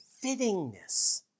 fittingness